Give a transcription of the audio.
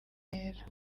remera